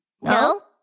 No